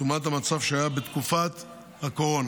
דוגמת המצב שהיה בתקופת הקורונה.